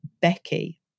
Becky